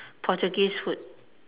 Portuguese food